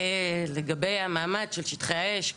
לגבי המעמד של שטחי האש,